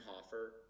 Hoffer